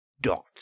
dot